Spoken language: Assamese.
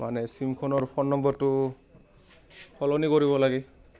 মানে চিমখনৰ ফোন নম্বৰটো সলনি কৰিব লাগে